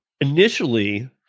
initially